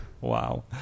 Wow